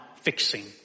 fixing